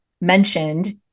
mentioned